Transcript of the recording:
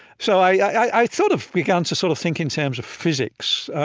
so i sort of began to sort of think in terms of physics.